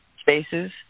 spaces